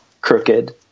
Crooked